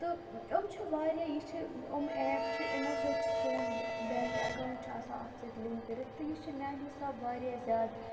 تہٕ یِم چھِ واریاہ یہِ چھِ یِم ایپ چھِ یِمو سۭتۍ چھِ سون بیٚنٛک اٮ۪کاوُنٛٹ چھِ آسان اَتھ سۭتۍ لِنٛک کٔرِتھ تہٕ یہِ چھِ میٛانہِ حِساب واریاہ زیادٕ